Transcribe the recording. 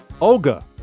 Olga